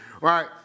right